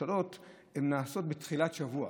נעשות בתחילת שבוע